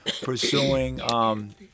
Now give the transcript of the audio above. pursuing